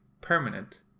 permanent